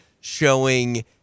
showing